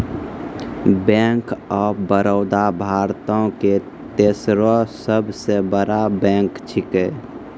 bank of Baroda भारतो के तेसरो सभ से बड़का बैंक छै